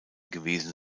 gewesen